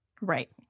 right